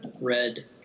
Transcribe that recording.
red